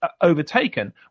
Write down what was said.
overtaken